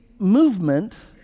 Movement